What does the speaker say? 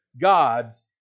God's